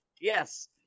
Yes